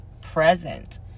present